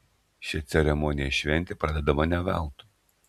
šia ceremonija šventė pradedama ne veltui